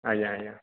ଆଜ୍ଞା ଆଜ୍ଞା